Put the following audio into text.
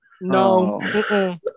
No